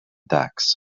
ducks